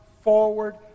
forward